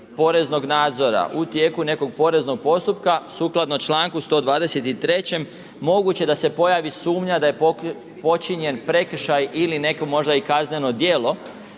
poreznog nadzora, u tijeku nekog poreznog postupka sukladno članku 123. moguće da se pojavi sumnja da je počinjen prekršaj ili neko možda i kazneno djelo